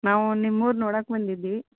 ನಾವು ನಿಮ್ಮೂರು ನೋಡಾಕೆ ಬಂದಿದ್ವಿ